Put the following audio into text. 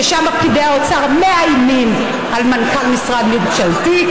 ששם פקידי האוצר מאיימים על מנכ"ל משרד ממשלתי,